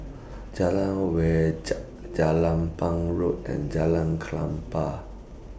Jalan Wajek Jelapang Road and Jalan Klapa